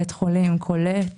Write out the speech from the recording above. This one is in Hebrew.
בית חולים קולט